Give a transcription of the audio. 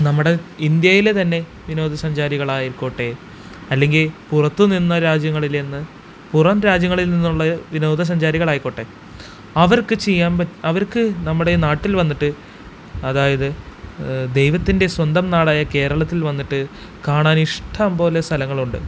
നമ്മുടെ ഇന്ഡ്യയിലെതന്നെ വിനോദസഞ്ചാരികളായിക്കോട്ടെ അല്ലെങ്കില് പുറത്തുനിന്ന് രാജ്യങ്ങളിലേന്ന് പുറം രാജ്യങ്ങളില് നിന്നുള്ള വിനോദസഞ്ചാരികളായിക്കോട്ടെ അവര്ക്ക് ചെയ്യാന് അവര്ക്ക് നമ്മുടെ നാട്ടില് വന്നിട്ട് അതായത് ദൈവത്തിന്റെ സ്വന്തം നാടായ കേരളത്തില് വന്നിട്ട് കാണാനിഷ്ടം പോലെ സ്ഥലങ്ങളുണ്ട്